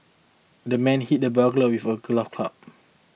the man hit the burglar with a club